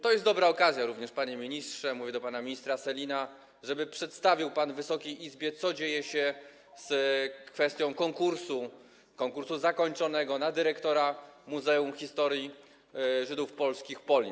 To jest dobra okazja również, panie ministrze - mówię do pana ministra Sellina - żeby przedstawił pan Wysokiej Izbie, co dzieje się z kwestią zakończonego konkursu na stanowisko dyrektora Muzeum Historii Żydów Polskich Polin.